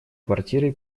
квартиры